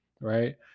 right